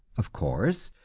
of course,